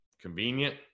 convenient